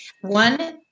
one